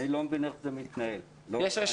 אין הבדל בין כיתות א', לו', לד', לה'.